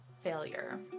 failure